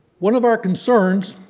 one of our concerns